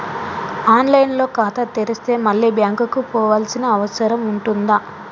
On line లో ఖాతా తెరిస్తే మళ్ళీ బ్యాంకుకు పోవాల్సిన అవసరం ఉంటుందా?